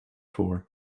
voor